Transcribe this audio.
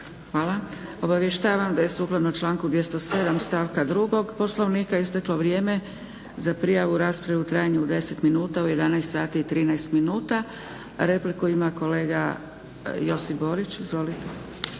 Hvala. Obavještavam da je sukladno članku 207. stavka 2. Poslovnika, isteklo vrijeme za prijavu rasprave u trajanju od 10 minuta u 11,13 sati. Repliku ima kolega Josip Borić, izvolite.